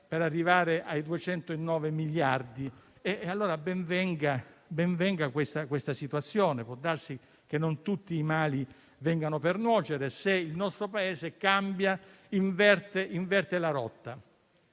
a scadenza, ai 209 miliardi di euro. Allora ben venga questa situazione: può darsi che non tutti i mali vengano per nuocere, se il nostro Paese cambia e inverte la rotta.